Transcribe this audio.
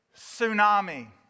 Tsunami